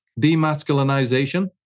demasculinization